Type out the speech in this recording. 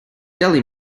deli